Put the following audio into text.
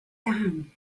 down